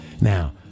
Now